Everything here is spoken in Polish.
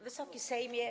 Wysoki Sejmie!